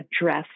address